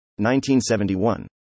1971